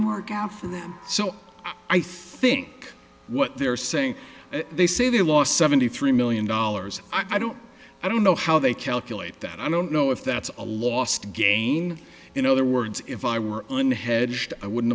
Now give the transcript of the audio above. for them so i think what they're saying they say they lost seventy three million dollars i don't i don't know how they calculate that i don't know if that's a lost gain in other words if i were unhedged i wouldn't